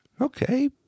okay